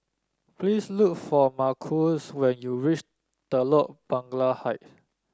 please look for Marquez when you reach Telok Blangah Height